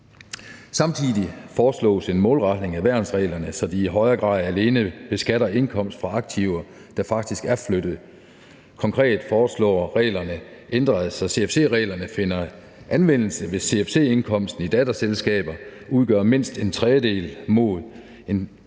Samtidig foreslås en målretning af værnsreglerne, så de i højere grad alene beskatter indkomst fra aktiver, der faktisk er flyttet. Konkret foreslås reglerne ændret, så CFC-reglerne finder anvendelse, hvis CFC-indkomsten i datterselskaber udgør mindst en tredjedel mod det